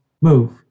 move